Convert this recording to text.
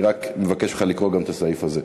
אז אני רק מבקש ממך לקרוא גם את הסעיף הזה.